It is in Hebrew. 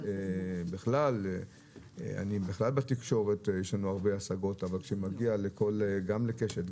בכלל לגבי התקשורת יש לנו הרבה השגות אבל כאשר מגיע גם לקשת,